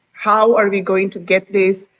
how are we going to get this?